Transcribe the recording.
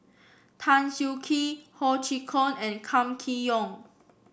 Tan Siah Kwee Ho Chee Kong and Kam Kee Yong